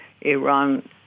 Iran